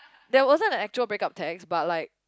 there wasn't an actual break up text but like